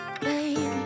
baby